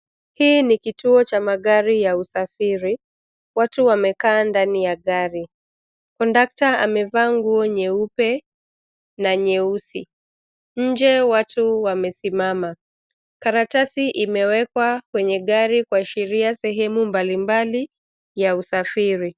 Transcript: Hii ni kituo cha magari ya usafiri, watu wamekaa ndani ya gari, kondukta amevaa nguo nyeupe, na nyeusi, nje watu wamesimama, karatasi imewekwa kwenye gari kuashiria sehemu mbali mbali, ya usafiri.